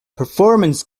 performance